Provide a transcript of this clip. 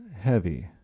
heavy